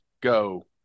go